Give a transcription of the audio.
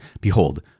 Behold